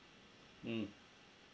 mm